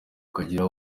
ukagira